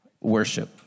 worship